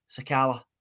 Sakala